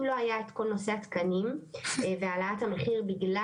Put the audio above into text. אם לא היה את כל נושא התקנים והעלאת המחיר בגלל